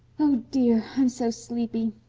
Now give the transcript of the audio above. oh, dear, i'm so sleepy.